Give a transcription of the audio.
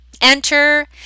enter